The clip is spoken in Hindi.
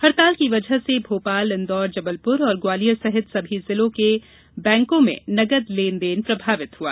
हड़ताल की वजह से भोपाल इंदौर जबलपुर और ग्वालियर सहित कई जिलों के बैंकों में नगद लेनदेन प्रभावित हआ